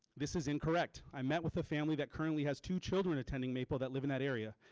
this is incorrect. i met with a family that currently has two children attending maple that live in that area.